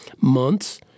months